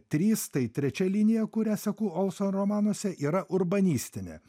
trys tai trečia linija kurią seku olson romanuose yra urbanistinė